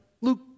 Luke